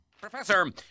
Professor